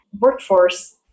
workforce